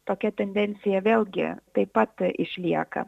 tokia tendencija vėlgi taip pat išlieka